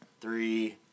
three